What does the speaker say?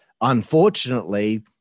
unfortunately